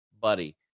buddy